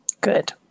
good